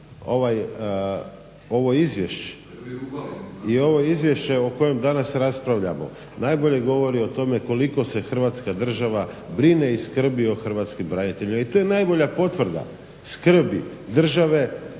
ovo izvješće o kojem danas raspravljamo najbolje govori o tome koliko se Hrvatska država brine i skrbi o hrvatskim braniteljima. I to je najbolja potvrda skrbi države o onima